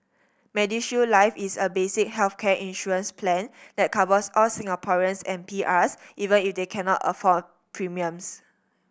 MediShield Life is a basic healthcare insurance plan that covers all Singaporeans and P R S even if they cannot afford premiums